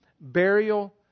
burial